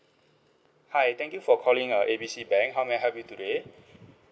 hi thank you for calling uh A B C bank how may I help you today